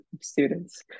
students